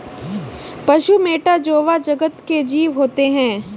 पशु मैटा जोवा जगत के जीव होते हैं